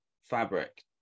fabric